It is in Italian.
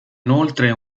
inoltre